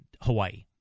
Hawaii